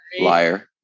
liar